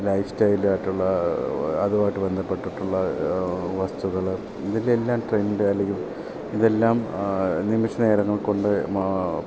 life സ്റ്റൈലായിട്ടുള്ള അതുമായിട്ട് ബന്ധപ്പെട്ടിട്ടുള്ള വസ്തുക്കൾ ഇതിൽ എല്ലാം ട്രെൻഡ് അല്ലെങ്കിൽ ഇതെല്ലാം നിമിഷ നേരങ്ങൾ കൊണ്ട് മാ